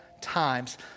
times